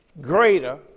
greater